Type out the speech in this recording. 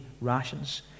rations